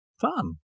fun